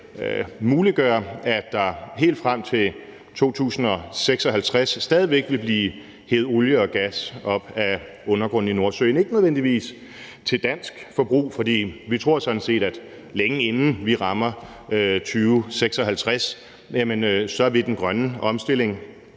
muliggør, at der helt frem til 2056 stadig væk vil blive hevet olie og gas op af undergrunden i Nordsøen. Det er ikke nødvendigvis til dansk forbrug, for vi tror sådan set, at længe inden vi rammer 2056, vil den grønne omstilling